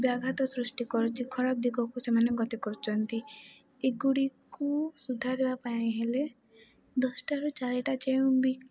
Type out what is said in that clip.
ବ୍ୟାଘାତ ସୃଷ୍ଟି କରୁଛି ଖରାପ ଦିଗକୁ ସେମାନେ ଗତି କରୁଛନ୍ତି ଏଗୁଡ଼ିକୁ ସୁଧାରିବା ପାଇଁ ହେଲେ ଦଶଟାରୁ ଚାରିଟା ଯେଉଁ ବି